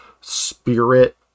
spirit